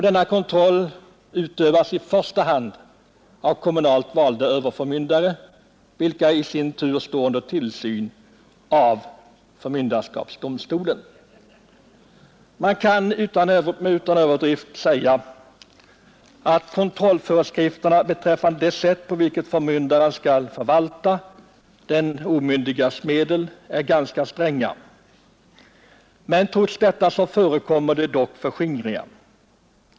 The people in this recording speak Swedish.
Denna kontroll utövas i första hand av kommunalt valda överförmyndare, vilka i sin tur står under tillsyn av förmynderskapsdomstolen. Man kan utan överdrift säga att kontrollföreskrifterna beträffande det sätt på vilket förmyndare skall förvalta den omyndiges medel är ganska stränga, men trots detta förekommer förskingringar.